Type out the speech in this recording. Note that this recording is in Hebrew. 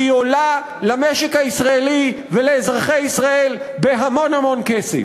והיא עולה למשק הישראלי ולאזרחי ישראל בהמון המון כסף.